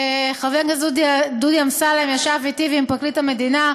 חבר הכנסת דודי אמסלם ישב אתי ועם פרקליט המדינה,